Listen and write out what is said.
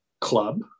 club